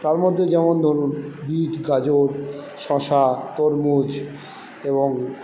তার মধ্যে যেমন ধরুন বিট গাজর শসা তরমুজ এবং